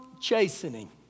chastening